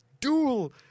Duel